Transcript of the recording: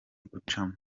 gucamo